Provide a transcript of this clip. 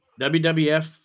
WWF